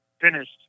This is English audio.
finished